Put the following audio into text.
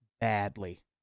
badly